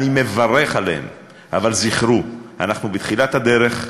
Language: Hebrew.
אני מברך עליהם, אבל זכרו: אנחנו בתחילת הדרך.